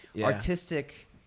Artistic